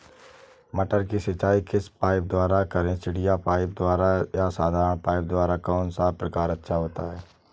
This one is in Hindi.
मटर की सिंचाई किस पाइप द्वारा करें चिड़िया पाइप द्वारा या साधारण पाइप द्वारा कौन सा प्रकार अच्छा होता है?